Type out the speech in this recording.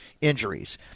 injuries